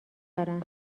دارن